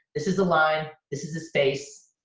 this is a line, this is a space,